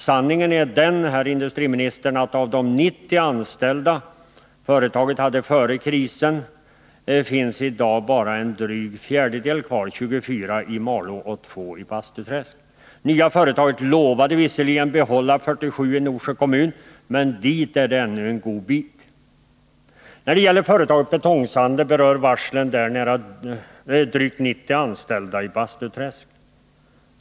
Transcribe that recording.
Sanningen är den, herr industriminister, att av de 90 anställda som företaget hade före krisen finns i dag bara en dryg fjärdedel kvar — 24 i Malå och 2 i Bastuträsk. Det nya företaget lovade behålla 47 i Norsjö kommun, men dit är det ännu en god bit. När det gäller företaget Betong-Sander berör varslen där drygt 90 anställda i Bastuträsk.